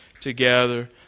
together